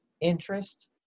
interest